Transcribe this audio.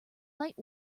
light